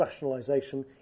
rationalisation